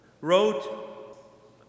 wrote